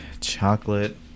Chocolate